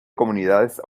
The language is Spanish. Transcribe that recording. comunidades